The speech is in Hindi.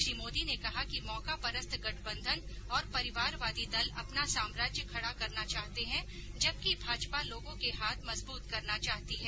श्री मोदी ने कहा कि मौकापरस्त गठबंधन और परिवारवादी दल अपना साम्राज्य खड़ा करना चाहते हैं जबकि भाजपा लोगों के हाथ मजबूत करना चाहती है